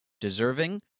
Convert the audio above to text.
deserving